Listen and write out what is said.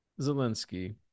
Zelensky